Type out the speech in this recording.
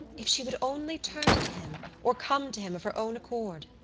if she would only turn to him or come to him of her own accord!